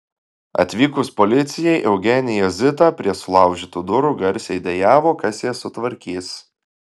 atvykus policijai eugenija zita prie sulaužytų durų garsiai dejavo kas jas sutvarkys